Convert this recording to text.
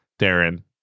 Darren